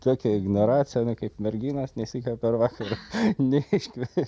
tokia ignoracija ar ne kaip merginos nė sykio per vakąrą neiškvietė